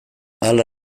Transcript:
hala